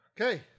Okay